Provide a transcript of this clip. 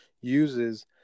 uses